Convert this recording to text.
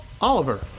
Oliver